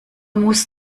muss